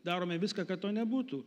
darome viską kad to nebūtų